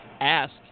Ask